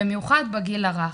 במיוחד בגיל הרך.